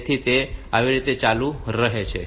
તેથી તે રીતે તે ચાલુ રહે છે